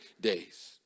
days